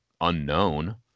unknown